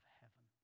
heaven